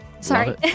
Sorry